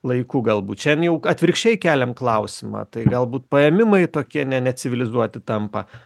laiku galbūt šian jau atvirkščiai keliam klausimą tai galbūt paėmimai tokie ne necivilizuoti tampa